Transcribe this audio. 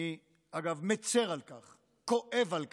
אני, אגב, מצר על כך, כואב על כך,